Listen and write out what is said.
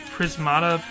Prismata